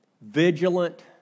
vigilant